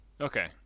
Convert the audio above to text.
Okay